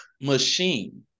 machine